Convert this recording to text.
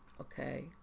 okay